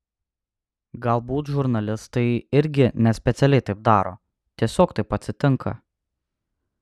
galbūt žurnalistai irgi nespecialiai taip daro tiesiog taip atsitinka